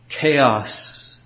chaos